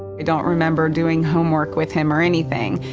i don't remember doing homework with him or anything,